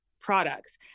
products